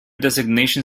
designation